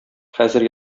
хәзер